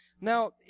Now